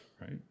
Right